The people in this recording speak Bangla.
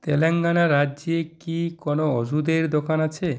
তেলেঙ্গানা রাজ্যে কি কোনও ওষুধের দোকান আছে